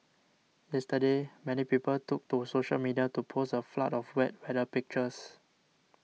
yesterday many people took to social media to post a flood of wet weather pictures